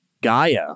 Gaia